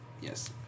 Yes